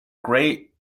gray